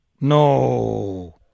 No